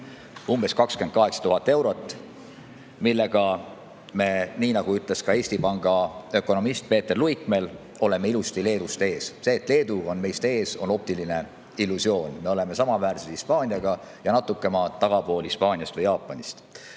umbes 28 000 eurot inimese kohta, millega me, nii nagu ütles ka Eesti Panga ökonomist Peeter Luik, oleme ilusti Leedust ees. See, et Leedu on meist ees, on optiline illusioon. Me oleme samaväärsed Hispaaniaga ja natuke maad tagapool Jaapanist.